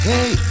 Hey